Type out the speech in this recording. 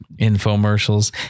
Infomercials